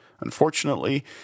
Unfortunately